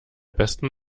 besten